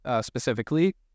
specifically